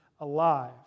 alive